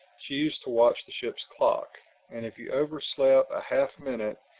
she used to watch the ship's clock and if you overslept a half-minute,